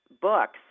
books